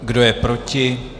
Kdo je proti?